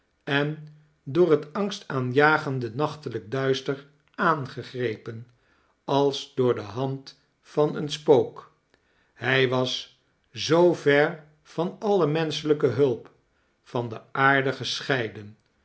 en door het angst aanjagende nachtelijk duister aangegrepen als door de hand van een spook hij was zoo ver van alle menschelijke hulp van de aarde gescheiden